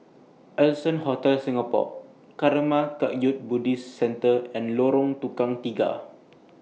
Allson Hotel Singapore Karma Kagyud Buddhist Centre and Lorong Tukang Tiga